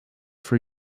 for